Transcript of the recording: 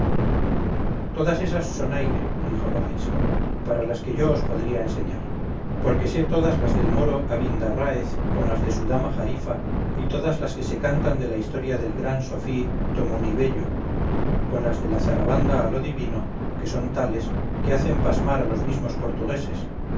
todas ésas son aire dijo loaysa para las que yo os podría enseñar porque sé todas las del moro abindarráez con las de su dama jarifa y todas las que se cantan de la historia del gran sofí tomunibeyo con las de la zarabanda a lo divino que son tales que hacen pasmar a los mismos portugueses